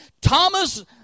Thomas